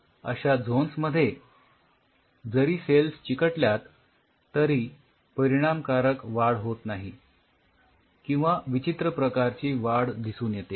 अश्या झोन्स मध्ये जरी सेल्स चिकटल्यात तरी परिणामकारक वाढ होत नाही किंवा विचित्र प्रकारची वाढ दिसून येते